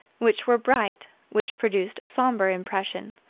which were bright, which produced a sombre impression.